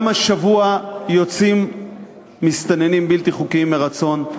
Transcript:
גם השבוע יוצאים מסתננים בלתי חוקיים מרצון.